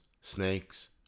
snakes